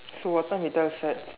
so what time we